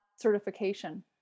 certification